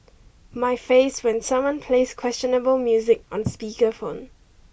my face when someone plays questionable music on speaker phone